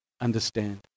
understand